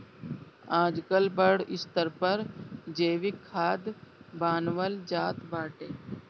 आजकल बड़ स्तर पर जैविक खाद बानवल जात बाटे